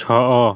ଛଅ